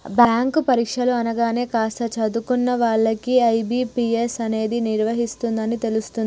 bank పరీక్షలు అనగానే కాస్త చదువుకున్న వాళ్ళకు ఐ.బీ.పీ.ఎస్ అనేది నిర్వహిస్తుందని తెలుస్తుంది